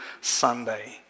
Sunday